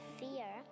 fear